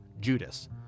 Judas